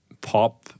pop